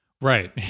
Right